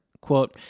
Quote